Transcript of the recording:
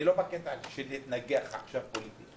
אני לא בקטע של להתנגח עכשיו פוליטית.